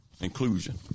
inclusion